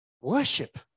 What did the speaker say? Worship